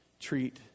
treat